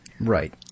Right